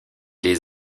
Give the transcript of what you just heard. les